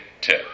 tip